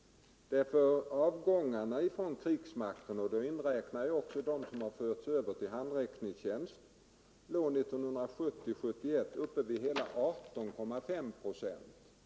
Avgångarna från krigsmakten — jag inräknar här även dem som överförts till handräckningstjänst — låg 1970-1971 vid hela 18,5 procent.